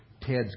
Ted's